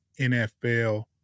NFL